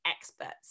experts